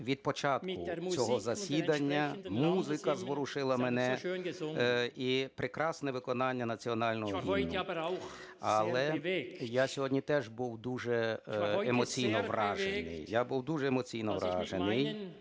від початку цього засідання, музика зворушила мене і прекрасне виконання національного гімну. Але я сьогодні теж був дуже емоційно вражений, я був дуже емоційно вражений